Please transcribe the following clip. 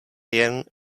jen